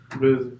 Busy